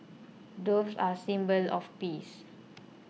doves are a symbol of peace